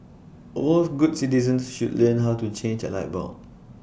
all good citizens should learn how to change A light bulb